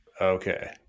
okay